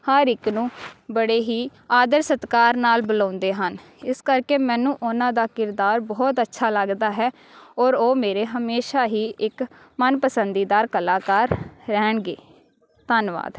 ਹਰ ਇੱਕ ਨੂੰ ਬੜੇ ਹੀ ਆਦਰ ਸਤਿਕਾਰ ਨਾਲ ਬੁਲਾਉਂਦੇ ਹਨ ਇਸ ਕਰਕੇ ਮੈਨੂੰ ਓਹਨਾਂ ਦਾ ਕਿਰਦਾਰ ਬਹੁਤ ਅੱਛਾ ਲੱਗਦਾ ਹੈ ਔਰ ਉਹ ਮੇਰੇ ਹਮੇਸ਼ਾਂ ਹੀ ਇੱਕ ਮਨਪਸੰਦੀਦਾਰ ਕਲਾਕਾਰ ਰਹਿਣਗੇ ਧੰਨਵਾਦ